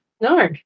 no